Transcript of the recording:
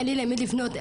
אין לי למי לפנות,